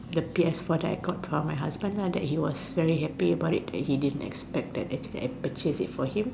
the P S four that I got for my husband lah that he was very happy about it that he didn't expect that actually I purchase it for him